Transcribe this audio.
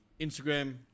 Instagram